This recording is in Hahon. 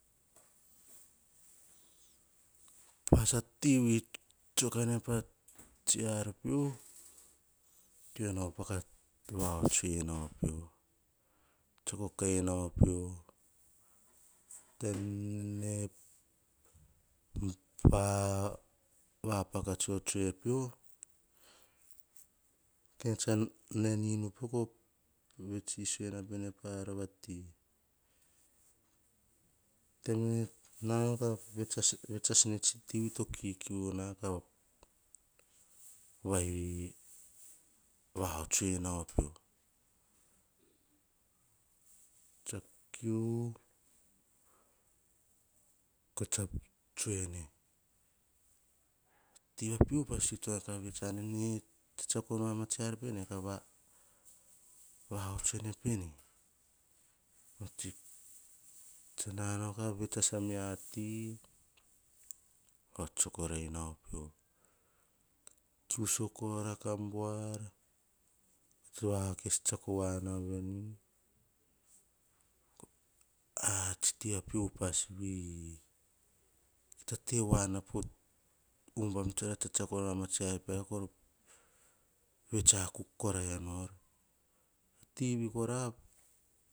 Pasa ti vi tsue kane pa tsiar pio, tenau pa ka vahots tsei nor pio, tsuk ko kai nor pio. Taim nene pa vapaka tsoe tsoe pio, ke tsa nan nino pio, ko vets sisio na vene pa ar vati. Taim nene nao nu ka vets as-vets as nao atsi ti vui to kikiu nao, kaovo ka vai vahots ei nao pio. Tsa kiu koia tsa tsoene. Ti vape upas vei tonoma ka vets ar nene, tsetsiakonu ama tsi ar pene ka vahots ene pene. tsa nanao ka vets as amiati, ka tso korai nao pio. Kiu sakor a kam buar, tsa vakes tsiako vaonu veni, a tsi ti pi upas vei, kita te voanapo ubam tea tsa tsetsia kora ma tsi ar piar kor vets akuk kore nor. Tivi kora